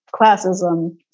classism